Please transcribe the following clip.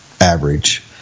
average